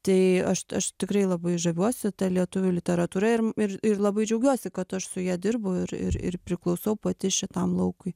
tai aš aš tikrai labai žaviuosi ta lietuvių literatūra ir ir ir labai džiaugiuosi kad aš su ja dirbu ir ir ir priklausau pati šitam laukui